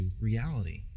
reality